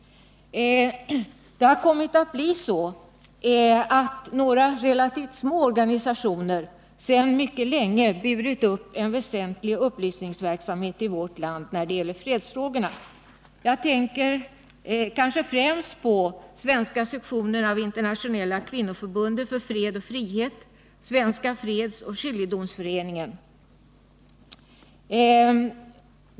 Det har kommit att bli så att några relativt små organisationer sedan mycket länge burit upp en väsentlig upplysningsverksamhet i vårt land när det gäller fredsfrågorna. Jag tänker främst på Svenska sektionen av Internationella kvinnoförbundet för fred och frihet samt Svenska fredsoch skiljedomsföreningen.